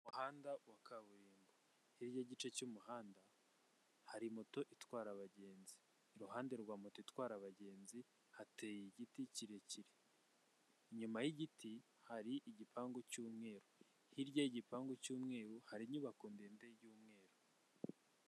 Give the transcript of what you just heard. Umuhanda wa kaburimbo hirya y'igice cy'umuhanda hari moto itwara abagenzi iruhande rwa moto itwara abagenzi hateye igiti kirekire inyuma y'igiti hari igipangu cy'umweru hirya y'igipangu cy'umweru hari inyubako ndende y'umweru .